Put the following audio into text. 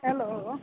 hello